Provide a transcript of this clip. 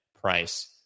price